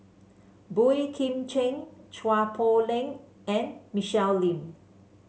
Boey Kim Cheng Chua Poh Leng and Michelle Lim